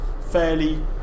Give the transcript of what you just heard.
Fairly